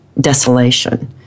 desolation